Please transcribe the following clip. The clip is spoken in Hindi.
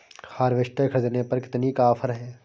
हार्वेस्टर ख़रीदने पर कितनी का ऑफर है?